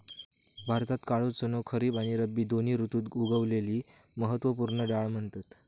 भारतात काळो चणो खरीब आणि रब्बी दोन्ही ऋतुत उगवलेली महत्त्व पूर्ण डाळ म्हणतत